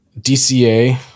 DCA